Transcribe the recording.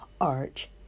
arch